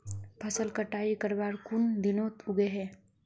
फसल कटाई करवार कुन दिनोत उगैहे?